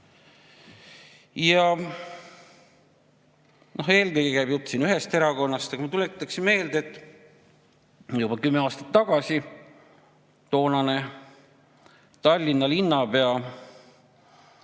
Eelkõige käib jutt ühest erakonnast. Aga ma tuletan meelde, et juba kümme aastat tagasi toonane Tallinna [abi]linnapea